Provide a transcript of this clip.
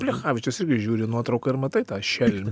plechavičius irgi žiūri į nuotrauką ir matai tą šelmį